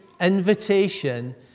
invitation